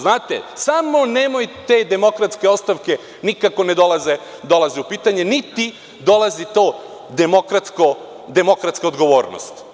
Znate, samo nemojte demokratske ostavke, nikako ne dolaze u pitanje, niti dolazi to demokratsko odgovornost.